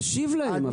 אני אשיב להם.